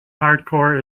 hardcore